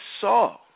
saw